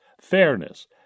fairness